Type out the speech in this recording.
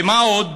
ומה עוד?